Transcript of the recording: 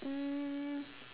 um